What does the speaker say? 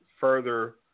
further